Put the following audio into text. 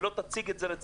ולא תציג את זה לציבור,